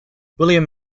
william